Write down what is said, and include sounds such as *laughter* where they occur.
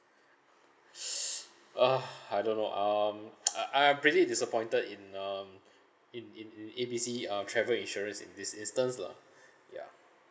*breath* ah I don't know um *noise* uh I I'm pretty disappointed in um *breath* in in A B C uh travel insurance in this instance lah *breath* ya